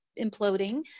imploding